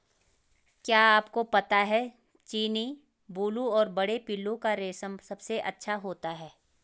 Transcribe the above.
क्या आपको पता है चीनी, बूलू और बड़े पिल्लू का रेशम सबसे अच्छा होता है?